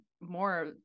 more